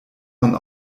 man